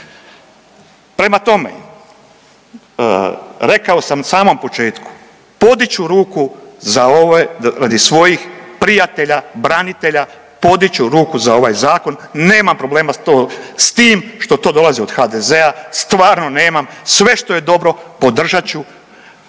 Prema tome, rekao sam na samom početku podići ću ruku za ovo radi svojih prijatelja branitelja, podići ću ruku za ovaj zakon, nemam problema to s tim što to dolazi od HDZ-a, stvarno nemam, sve što je dobro podržat ću,